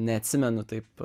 neatsimenu taip